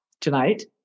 tonight